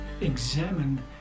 examine